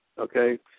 okay